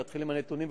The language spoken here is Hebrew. להתחיל עם הנתונים,